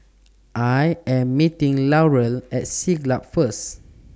I Am meeting Laurel At Siglap First